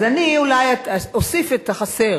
הוא הקים, אז אני אולי אוסיף את החסר